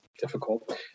difficult